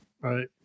right